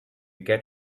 get